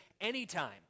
anytime